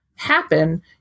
happen